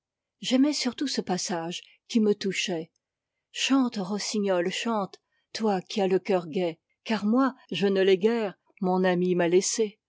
j'aimais surtout ce passage qui me touchait chante rossignol chante toi qui as le cœur gai car moi je ne l'ai guère mon ami m'alaissé